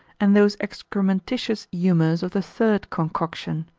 and those excrementitious humours of the third concoction,